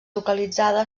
localitzada